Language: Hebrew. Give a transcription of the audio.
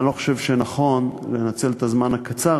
אני לא חושב שנכון לנצל את הזמן הקצר